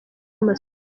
amasomo